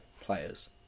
players